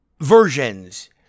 Versions